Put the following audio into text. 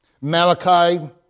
Malachi